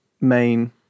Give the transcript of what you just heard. main